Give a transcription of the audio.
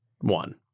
one